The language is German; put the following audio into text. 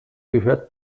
gehört